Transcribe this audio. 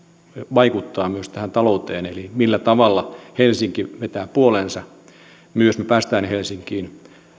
vaikuttaa myös tähän talouteen eli siihen millä tavalla helsinki vetää puoleensa ja millä tavalla me myös pääsemme helsinkiin